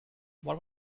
what